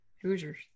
hoosiers